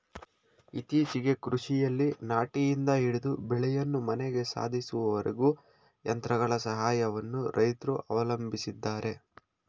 ಇತ್ತೀಚೆಗೆ ಕೃಷಿಯಲ್ಲಿ ನಾಟಿಯಿಂದ ಹಿಡಿದು ಬೆಳೆಯನ್ನು ಮನೆಗೆ ಸಾಧಿಸುವವರೆಗೂ ಯಂತ್ರಗಳ ಸಹಾಯವನ್ನು ರೈತ್ರು ಅವಲಂಬಿಸಿದ್ದಾರೆ